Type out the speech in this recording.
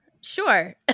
Sure